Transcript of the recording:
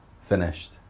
Finished